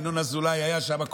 ינון אזולאי היה שם,